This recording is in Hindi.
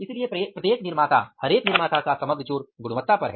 इसलिए प्रत्येक निर्माता का समग्र जोर गुणवत्ता पर है